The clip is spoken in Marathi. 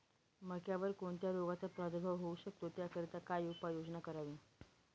मक्यावर कोणत्या रोगाचा प्रादुर्भाव होऊ शकतो? त्याकरिता काय उपाययोजना करावी?